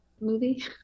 movie